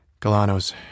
Galanos